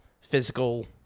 physical